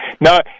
No